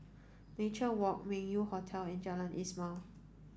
Nature Walk Meng Yew Hotel and Jalan Ismail